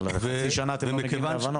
אבל חצי שנה אתם לא מגיעים להבנות.